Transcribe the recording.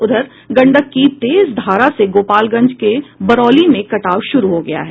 उधर गंडक की तेज धारा से गोपालगंज के बरौली में कटाव शुरू हो गया है